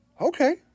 Okay